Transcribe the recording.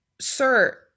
Sir